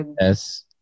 Yes